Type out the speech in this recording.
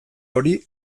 hori